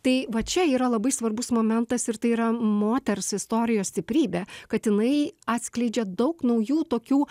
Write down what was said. tai va čia yra labai svarbus momentas ir tai yra moters istorijos stiprybė kad jinai atskleidžia daug naujų tokių